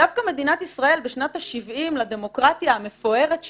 דווקא מדינת ישראל בשנת ה-70 לדמוקרטיה המפוארת שלה,